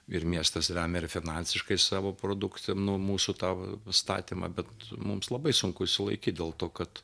ir miestas remia ir finansiškai savo produktą nuo mūsų tą įstatymą bet mums labai sunku išsilaikyt dėl to kad